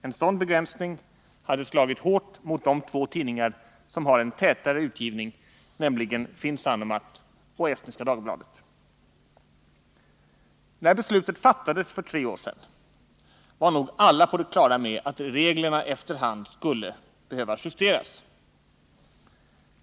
En sådan begränsning hade slagit hårt mot de två tidningar som har en tätare utgivning, nämligen Finn Sanomat och Estniska Dagbladet. När beslutet fattades för tre år sedan var nog alla på det klara med att reglerna efter hand skulle behöva justeras.